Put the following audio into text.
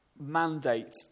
mandate